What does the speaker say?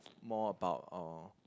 more about uh